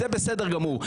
זה בסדר גמור.